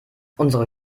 unsere